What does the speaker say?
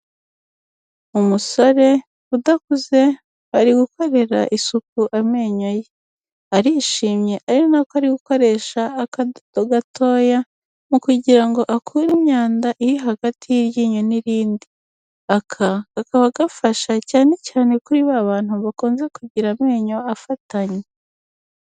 Umusore udakuze, ari gukorera isuku amenyo ye. Arishimye ari na ko ari gukoresha akado gatoya, mu kugira ngo akure imyanda iri hagati y'iryinyo n'irindi. Aka, kakaba gafasha cyane cyane kuri ba bantu bakunze kugira amenyo afatanye.